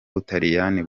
butaliyani